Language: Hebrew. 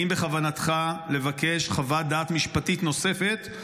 האם בכוונתך לבקש חוות דעת משפטית נוספת?